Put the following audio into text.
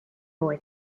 boy